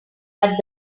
but